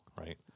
right